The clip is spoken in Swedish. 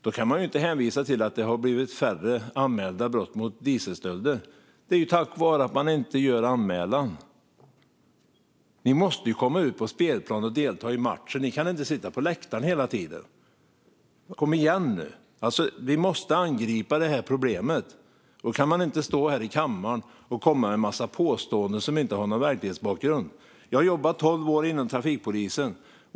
Då kan vi inte hänvisa till att det har blivit färre anmälda brott i form av dieselstölder, för det är ju på grund av att det inte görs någon anmälan. Ni måste komma ut på spelplanen och delta i matchen. Ni kan inte sitta på läktaren hela tiden. Kom igen nu! Vi måste angripa det här problemet. Då kan man inte stå här i kammaren och komma med en massa påståenden som inte har någon verklighetsbakgrund. Jag har jobbat i tolv år inom trafikpolisen.